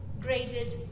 graded